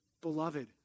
beloved